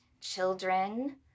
children